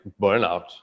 burnout